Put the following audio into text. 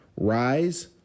Rise